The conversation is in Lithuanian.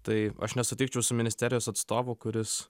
tai aš nesutikčiau su ministerijos atstovu kuris